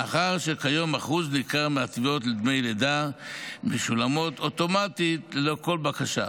מאחר שהיום אחוז ניכר מהתביעות לדמי לידה משולמות אוטומטית ללא כל בקשה.